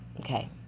Okay